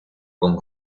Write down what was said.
con